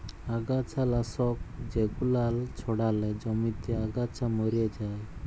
আগাছা লাশক জেগুলান ছড়ালে জমিতে আগাছা ম্যরে যায়